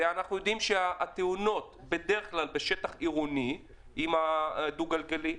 כולנו